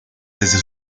desde